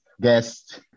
guest